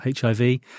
HIV